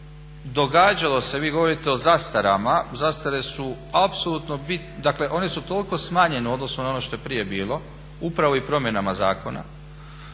Događalo se, vi govorite o zastarama. Zastare su apsolutno bit, dakle one su toliko smanjene u odnosu na ono što je prije bilo upravo i promjenama zakona.